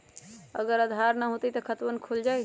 अगर आधार न होई त खातवन खुल जाई?